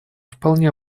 вполне